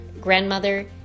grandmother